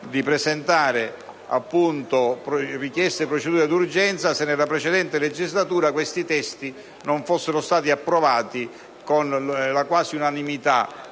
Grazie,